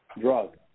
drug